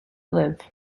live